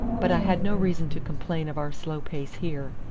but i had no reason to complain of our slow pace here.